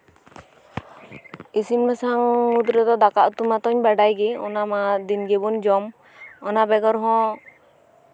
ᱤᱥᱤᱱ ᱵᱟᱥᱟᱝ ᱢᱩᱫᱨᱮ ᱫᱟᱠᱟ ᱩᱛᱩ ᱢᱟᱛᱚᱧ ᱵᱟᱲᱟᱭ ᱜᱮ ᱚᱱᱟ ᱢᱟ ᱫᱤᱱ ᱜᱮᱵᱚᱱ ᱡᱚᱢ ᱚᱱᱟ ᱵᱮᱜᱚᱨ ᱦᱚᱸ